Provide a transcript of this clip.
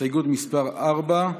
הסתייגות מס' 4,